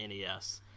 NES